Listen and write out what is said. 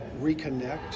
reconnect